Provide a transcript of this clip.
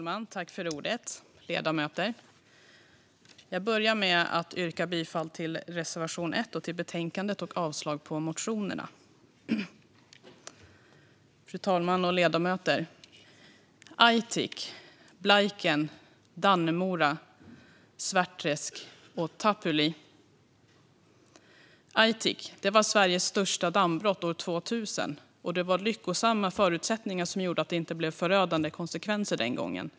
Fru talman och ledamöter! Jag börjar med att yrka bifall till reservation 1. I övrigt yrkar jag bifall till utskottets förslag och avslag på motionerna. Aitik. Blajken. Dannemora. Svärtträsk. Tapuli. Aitik var Sveriges största dammbrott år 2000. Det var lyckosamma förutsättningar som gjorde att det inte blev förödande konsekvenser den gången.